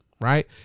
right